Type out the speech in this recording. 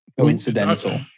coincidental